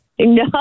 No